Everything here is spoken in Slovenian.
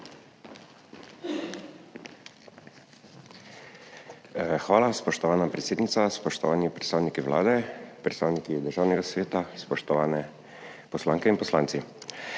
Hvala, spoštovana predsednica. Spoštovani predstavniki Vlade, predstavniki Državnega sveta, spoštovane poslanke in poslanci!